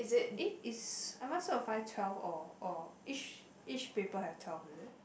eh is am I supposed to find twelve or or each each paper have twelve is it